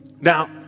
Now